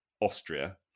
Austria